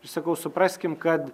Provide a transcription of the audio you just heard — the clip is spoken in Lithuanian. ir sakau supraskim kad